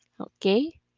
Okay